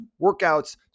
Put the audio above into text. workouts